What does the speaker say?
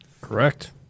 Correct